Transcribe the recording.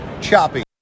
Choppy